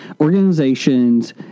organizations